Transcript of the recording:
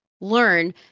learn